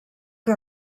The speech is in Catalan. que